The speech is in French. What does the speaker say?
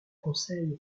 conseil